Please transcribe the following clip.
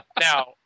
now